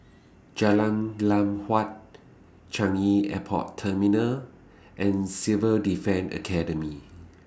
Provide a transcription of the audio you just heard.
Jalan Lam Huat Changi Airport Terminal and Civil Defence Academy